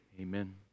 amen